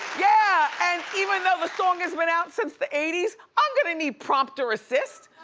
yeah, and even song has been out since the eighty s i'm gonna need prompter assist.